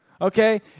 okay